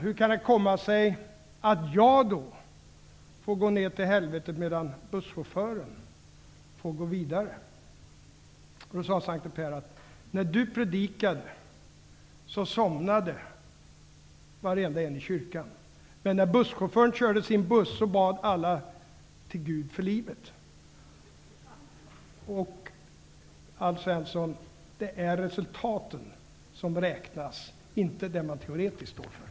Hur kan det komma sig att jag får gå ned till helvetet, medan busschauffören får gå till himlen? Då sade Sankte Per: När du predikade somnade varenda en i kyrkan, men när busschauffören körde sin buss bad alla till Gud för livet. Alf Svensson! Det är resultaten som räknas, inte det som man teoretiskt står för.